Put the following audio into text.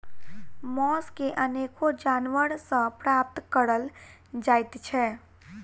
मौस अनेको जानवर सॅ प्राप्त करल जाइत छै